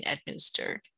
administered